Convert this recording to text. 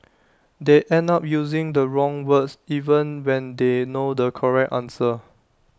they end up using the wrong words even when they know the correct answer